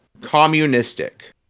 communistic